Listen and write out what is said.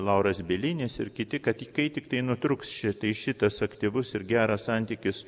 lauras bielinis ir kiti kad kai tiktai nutrūks šitai šitas aktyvus ir geras santykis